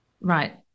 right